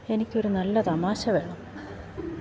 എനിക്കൊരു നല്ല തമാശ വേണം